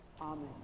Amen